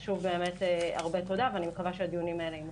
שוב, הרבה תודה ואני מקווה שהדיונים האלה יימשכו.